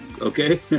okay